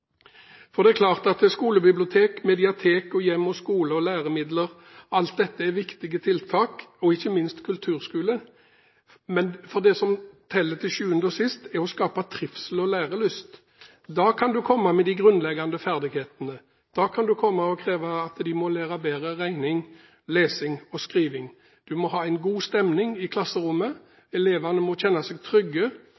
Det er klart at skolebibliotek, medietek, hjem og skole og læremidler – alt dette er viktige tiltak, og ikke minst kulturskole. For det som teller til sjuende og sist, er å skape trivsel og lærelyst. Da kan du komme med de grunnleggende ferdighetene, da kan du komme og kreve at de må lære bedre regning, lesing og skriving. Du må ha en god stemning i klasserommet,